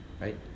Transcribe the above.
right